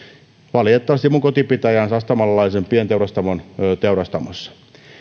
valitettavasti minun kotipitäjässäni sastamalalaisen pienteurastamon teurastamossa